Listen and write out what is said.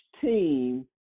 team